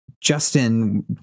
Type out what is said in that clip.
Justin